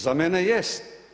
Za mene jest.